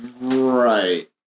Right